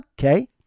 okay